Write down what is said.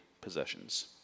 possessions